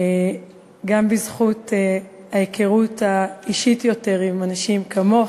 גם בזכות ההיכרות האישית יותר עם אנשים כמוך,